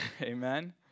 Amen